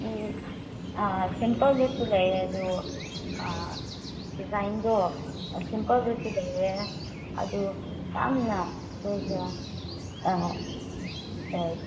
ꯎꯝ ꯑꯥ ꯁꯦꯝꯄꯜꯗꯨꯁꯨ ꯂꯩꯌꯦ ꯑꯗꯣ ꯗꯤꯖꯥꯏꯟꯗꯣ ꯁꯤꯝꯄꯜꯗꯁꯨ ꯂꯩꯌꯦ ꯑꯗꯨ ꯇꯥꯡꯅ ꯀꯔꯤ ꯀꯔꯥ